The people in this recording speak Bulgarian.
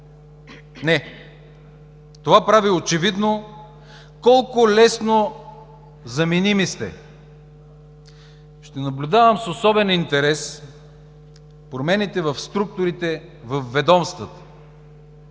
Не, това прави очевидно колко лесно заменими сте. Ще наблюдавам с особен интерес промените в структурите във ведомствата,